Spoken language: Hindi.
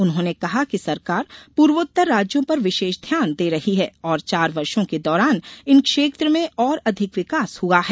उन्होंने कहा कि सरकार पूर्वोत्तर राज्यों पर विशेष ध्यान दे रही है और चार वर्षों के दौरान इन क्षेत्र में और अधिक विकास हुआ है